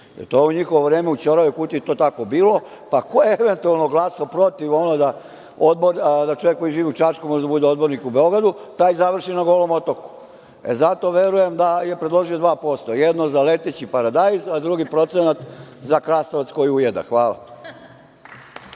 To je u njihovo vreme, u "ćoravoj kutiji" je to tako bilo, pa ko je eventualno glasao protiv onoga da čovek koji živi u Čačku može da bude odbornik u Beogradu taj završi na Golom otoku. E, zato verujem da je predložio 2%, jedno za leteći paradajz, a drugi procenat za krastavac koji ujeda. Hvala. Ne